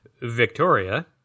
Victoria